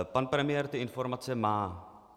Pan premiér ty informace má.